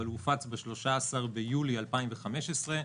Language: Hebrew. הופץ ב-13 ביולי 2015,